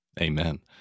Amen